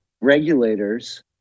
regulators